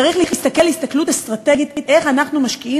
צריך להסתכל הסתכלות אסטרטגית איך אנחנו משקיעים